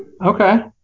Okay